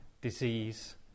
disease